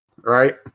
Right